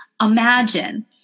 imagine